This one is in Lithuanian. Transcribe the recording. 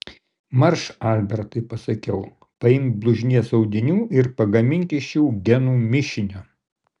marš albertai pasakiau paimk blužnies audinių ir pagamink iš jų genų mišinio